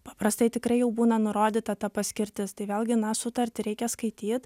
paprastai tikrai jau būna nurodyta ta paskirtis tai vėlgi na sutartį reikia skaityt